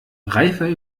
reifer